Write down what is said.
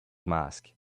mask